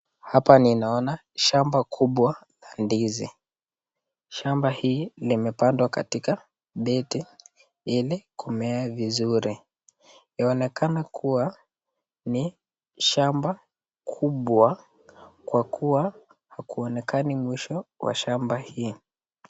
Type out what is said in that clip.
Hapa ninaona shamba kubwa la ndizi. Shamba hili limepandwa katika beti ili kumea vizuri. Inaonekana kuwa ni shamba kubwa kwa kuwa hakuonekani mwisho wa shamba hili.